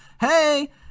Hey